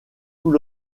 tout